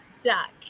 duck